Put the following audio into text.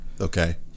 Okay